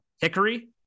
hickory